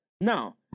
Now